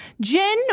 Jen